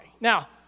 Now